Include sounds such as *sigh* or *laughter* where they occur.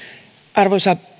arvoisa *unintelligible*